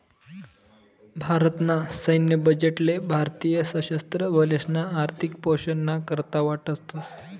भारत ना सैन्य बजेट ले भारतीय सशस्त्र बलेसना आर्थिक पोषण ना करता वाटतस